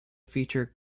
feature